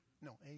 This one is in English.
No